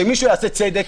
שמישהו יעשה צדק,